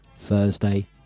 Thursday